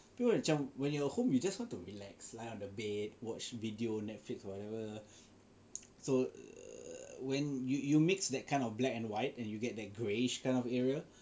you know macam when you're home you just want to relax lie on the bed watch video Netflix or whatever so when you you mix that kind of black and white and you get that greyish kind of area